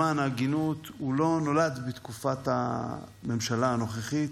למען ההגינות, הוא לא נולד בתקופת הממשלה הנוכחית,